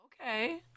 Okay